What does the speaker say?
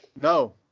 No